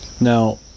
now